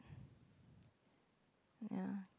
ya